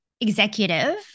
executive